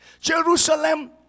Jerusalem